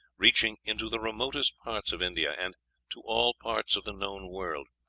reaching into the remotest parts of india, and to all parts of the known world,